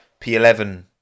P11